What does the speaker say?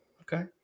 okay